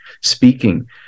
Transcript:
speaking